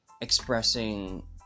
expressing